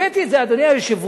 הבאתי את זה, אדוני היושב-ראש,